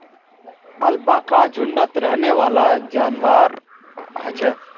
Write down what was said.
alpaca झुण्डत रहनेवाला जंवार ह छे